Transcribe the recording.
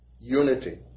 unity